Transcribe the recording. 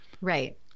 right